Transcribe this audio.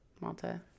Malta